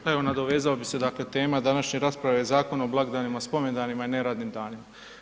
Pa evo nadovezao bih se, dakle tema današnje rasprave je Zakon o blagdanima, spomendanima i neradnim danima.